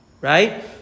right